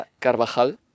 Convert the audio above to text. Carvajal